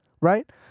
Right